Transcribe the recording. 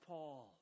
Paul